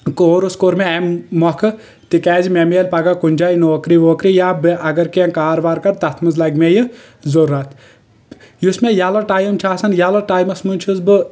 course کوٚر مےٚ امہِ مۄکھٕ تِکیٛازِ مےٚ میلہِ پگہہ کُنہِ جایہِ نوکری ووکری یا بہٕ اگر کینٛہہ کار وار کرٕ تتھ منٛز لگہِ مےٚ یہِ ضروٗرت یُس مےٚ ییٚلہٕ ٹایِم چھُ آسان ییٚلہٕ ٹایمس منٛز چھُس بہٕ